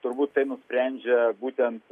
turbūt tai nusprendžia būtent